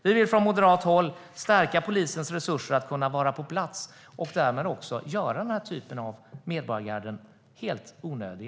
Vi vill från moderat håll stärka polisens resurser att kunna vara på plats och därmed göra existensen av denna typ av medborgargarden helt onödig.